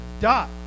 dot